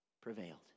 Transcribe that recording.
prevailed